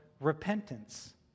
repentance